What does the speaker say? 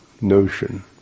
notion